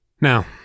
Now